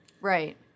Right